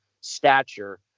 stature